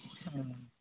ᱦᱩᱸ